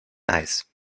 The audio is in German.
eis